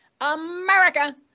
America